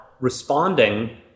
responding